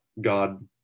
God